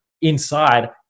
inside